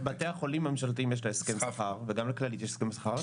לבתי החולים הממשלתיים יש הסכם שכר וגם לכללית יש הסכם שכר,